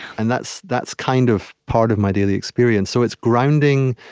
and that's that's kind of part of my daily experience. so it's grounding,